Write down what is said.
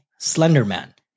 Slenderman